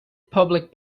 public